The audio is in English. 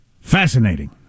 fascinating